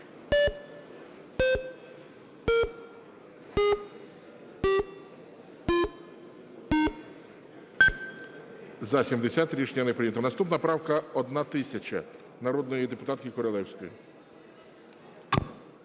За-70 Рішення не прийнято. Наступна правка 1000 народної депутатки Королевської.